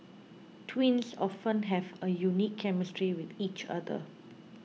twins often have a unique chemistry with each other